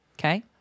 Okay